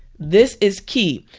this is key.